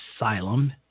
asylum